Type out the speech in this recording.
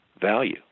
value